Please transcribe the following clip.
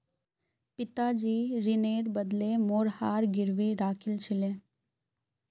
पिताजी ऋनेर बदले मोर हार गिरवी राखिल छिले